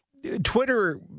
Twitter